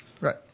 Right